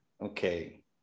Okay